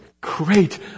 great